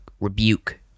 rebuke